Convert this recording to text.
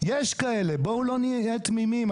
יש כאלה, בואו לא נהיה תמימים.